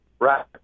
right